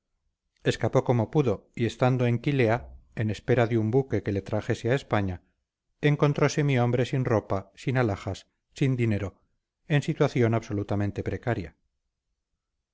escapó como pudo y estando en quilea en espera de un buque que le trajese a españa encontrose mi hombre sin ropa sin alhajas sin dinero en situación absolutamente precaria